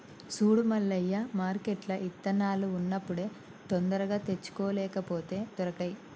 సూడు మల్లయ్య మార్కెట్ల ఇత్తనాలు ఉన్నప్పుడే తొందరగా తెచ్చుకో లేపోతే దొరకై